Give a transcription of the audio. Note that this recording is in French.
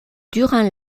durant